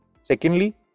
Secondly